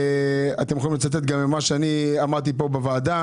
ואתם יכולים לצטט גם ממה שאמרתי בישיבה,